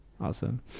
Awesome